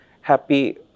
happy